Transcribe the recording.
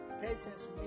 Patience